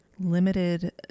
limited